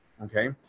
okay